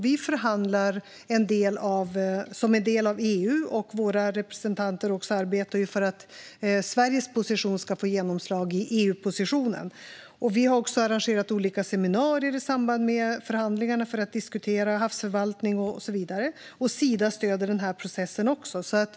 Vi förhandlar som en del av EU, och våra representanter arbetar också för att Sveriges position ska få genomslag i EU-positionen. Vi har också arrangerat olika seminarier i samband med förhandlingarna för att diskutera havsförvaltning och så vidare. Sida stöder också processen.